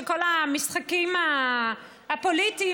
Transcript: כל המשחקים הפוליטיים,